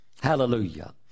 Hallelujah